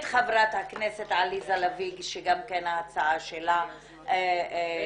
את חברת הכנסת עליזה לביא שגם ההצעה שלה התמזגה.